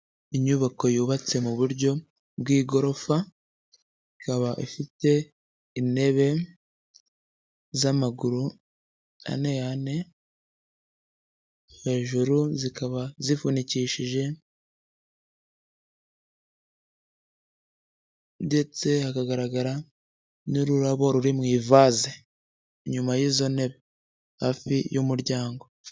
Inyubako yubatse mu buryo bw'igorofa, ikaba ifite intebe z'amaguru ane ane, hejuru zikaba zifunikishije, ndetse hakagaragara n'ururabo ruri mu ivaze, inyuma y'izo ntebe, hafi y'umuryango.